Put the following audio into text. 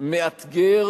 מאתגר